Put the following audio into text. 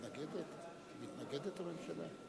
כבוד היושב-ראש,